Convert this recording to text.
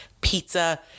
pizza